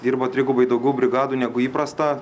dirbo trigubai daugiau brigadų negu įprasta